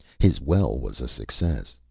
his well was a success.